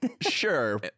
Sure